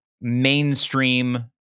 mainstream